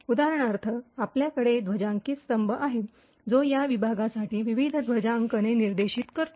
उदाहरणार्थ आपल्याकडे ध्वजांकित स्तंभ आहे जो या विभागासाठी विविध ध्वजांकने निर्दिष्ट करतो